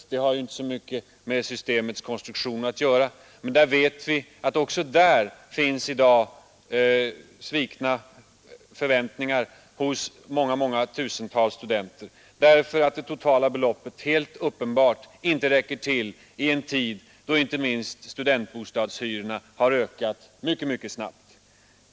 Det har visserligen inte så mycket med systemets konstruktion att göra, men vi vet att det också därvidlag i dag finns svikna förväntningar hos många tusentals studenter. Det totala beloppet räcker helt uppenbart inte till i en tid då inte minst studentbostadshyrorna har ökat mycket snabbt.